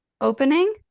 opening